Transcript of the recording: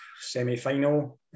semi-final